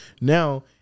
Now